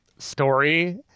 story